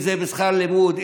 אם זה בשכר הלימוד,